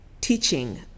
teaching